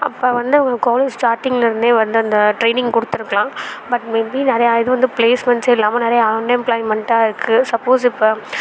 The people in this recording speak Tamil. அப்போ வந்து அவங்களுக்கு காலேஜ் ஸ்டார்டிங்லருந்தே வந்து அந்த ட்ரெயினிங் கொடுத்துருக்கலாம் பட் மே பி நிறைய இது வந்து ப்ளேஸ்மண்ட்ஸே இல்லாமல் நிறைய அன்எம்ப்ளாயிண்மென்டாக இருக்கு சப்போஸ் இப்போ